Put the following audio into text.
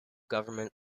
government